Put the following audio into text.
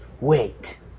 Wait